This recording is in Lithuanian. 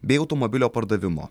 bei automobilio pardavimo